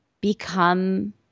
become